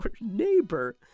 neighbor